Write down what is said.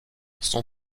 son